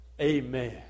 Amen